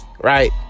right